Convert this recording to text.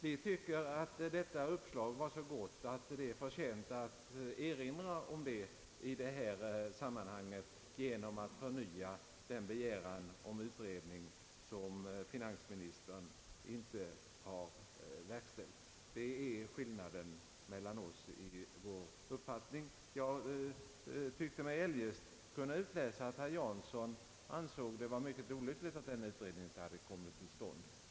Nu tycker vi att detta uppslag var så gott att vi inte vill släppa det utan göra en förnyad begäran om den utredning som finansministern inte har verkställt. Jag tyckte mig kunna utläsa att herr Jansson liksom jag anser det vara mycket olyckligt att utredningen inte kommit till stånd.